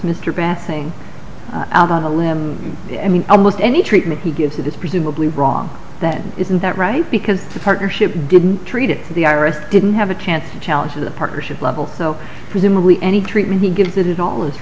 thing out on a limb i mean almost any treatment he gives it is presumably wrong then isn't that right because the partnership didn't treat it the iris didn't have a chance to challenge the partnership level no presumably any treatment he gives it at all is